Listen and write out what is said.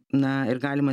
na ir galima